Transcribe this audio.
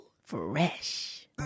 Fresh